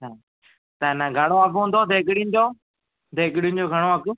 हा त ए न घणो अघि हुंदो देॻिड़ीन जो देॻिड़ियुनि जो घणो अघि